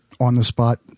on-the-spot